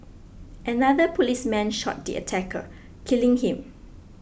another policeman shot the attacker killing him